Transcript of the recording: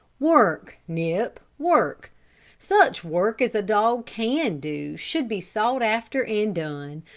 work, nip, work such work as a dog can do should be sought after and done,